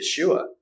Yeshua